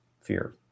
fear